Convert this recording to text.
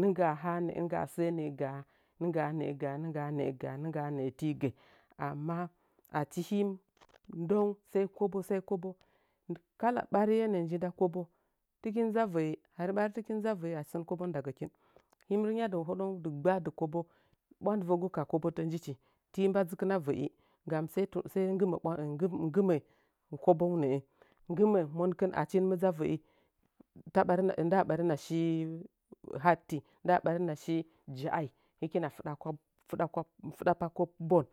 nɨngga’a hanə’ə ninngga səə nə’ə, nɨngga’a nə’ə, gaa nɨngga’a nə’ə gaa ningga’a nə’ə tii gə amma achi himu dəuna sai kobo səi dɨ kobo kala ɓariye nə’a’ nji nda kobo tɨkin dzɨuwa avə’i hari ɓari nikin dzɨuwa və’i achi sən koban nda gəkin hin rt-ng yadɨ hiɗəung dɨgba dɨ kobo ɓwandɨvəgu ka kobotə njidi ti mba dzakin ə a və’i nggam sai “tu – nggɨmə-sai nggɨmə koboung nə’ə nggɨmə monkɨn achi hɨnmɨ dzu avə’i taɓarim – nda ɓarimnashi hatti nda ɓarinna shi ja’ai hɨkina “fɨdakwa – fɨɗapa kobon”